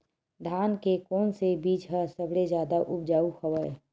धान के कोन से बीज ह सबले जादा ऊपजाऊ हवय?